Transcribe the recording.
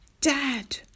Dad